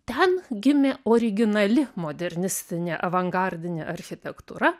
ten gimė originali modernistinė avangardinė architektūra